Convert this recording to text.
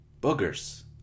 boogers